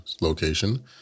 location